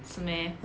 是 meh